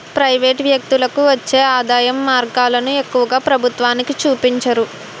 private వ్యక్తులకు వచ్చే ఆదాయం మార్గాలను ఎక్కువగా ప్రభుత్వానికి చూపించరు